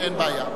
אין בעיה.